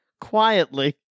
quietly